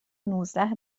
نوزده